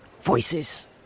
Voices